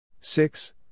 six